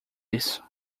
isso